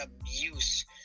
abuse